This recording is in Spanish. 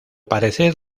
parecer